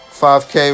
5k